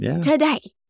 today